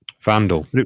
vandal